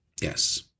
Yes